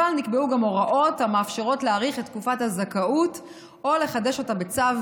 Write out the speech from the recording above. אבל נקבעו גם הוראות המאפשרות להאריך את תקופת הזכאות או לחדש אותה בצו,